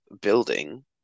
building